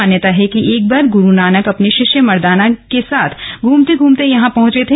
मान्यता है एक बार गुरू नानक अपने शिष्य मर्दाना के साथ घूमते घूमते यहां पहुंचे थे